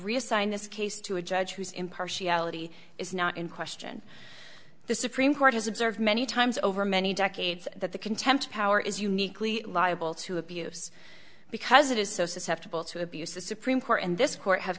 reassign this case to a judge whose impartiality is not in question the supreme court has observed many times over many decades that the contempt power is uniquely liable to abuse because it is so susceptible to abuse the supreme court and this court have